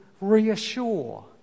reassure